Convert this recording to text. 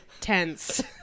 Tense